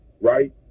right